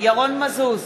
ירון מזוז,